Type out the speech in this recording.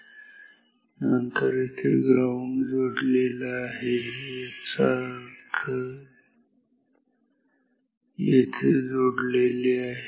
आणि नंतर इथे ग्राउंड जोडलेला आहे याचा अर्थ येथे जोडलेले आहे